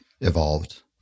evolved